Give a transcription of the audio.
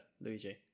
luigi